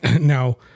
Now